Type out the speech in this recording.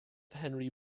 henry